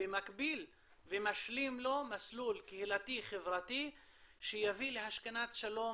במקביל ומשלים לו מסלול קהילתי חברתי שיביא להשכנת שלום